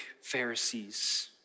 Pharisees